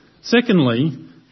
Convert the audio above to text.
Secondly